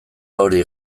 hori